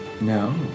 No